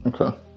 okay